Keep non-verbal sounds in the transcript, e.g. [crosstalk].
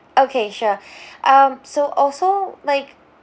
okay sure [breath] um so also like